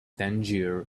tangier